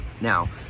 Now